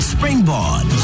Springboard